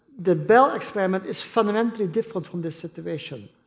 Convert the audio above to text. the bell experiment is fundamentally different from this situation,